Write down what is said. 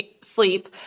sleep